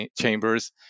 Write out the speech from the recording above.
chambers